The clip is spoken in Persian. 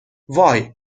وای